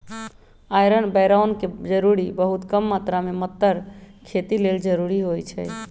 iron boron के जरूरी बहुत कम मात्र में मतर खेती लेल जरूरी होइ छइ